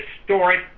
historic